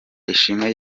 ishimwe